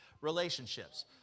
relationships